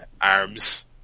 arms